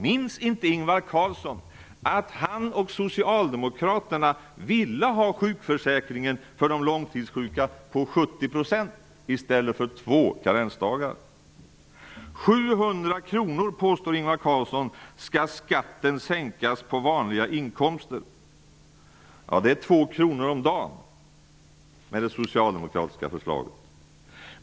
Minns inte Ingvar Carlsson att han och socialdemokraterna ville ha sjukförsäkringen för de långtidssjuka på 70 % i stället för två karensdagar? Ingvar Carlsson påstår att skatten skall sänkas med 700 kr på vanliga inkomster. Ja, det socialdemokratiska förslaget innebär 2 kr om dagen.